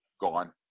gone